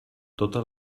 totes